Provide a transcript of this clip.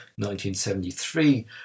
1973